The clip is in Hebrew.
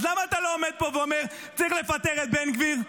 אז למה אתה לא עומד פה ואומר: צריך לפטר את בן גביר?